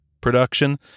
production